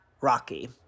Rocky